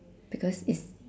because it's